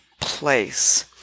place